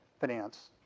finance